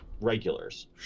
regulars